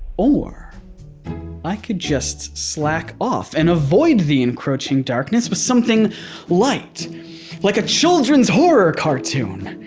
or i could just slack off and avoid the encroaching darkness with something light like a children's horror cartoon.